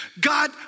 God